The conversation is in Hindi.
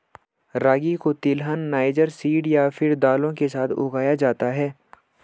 रागी को तिलहन, नाइजर सीड या फिर दालों के साथ उगाया जाता है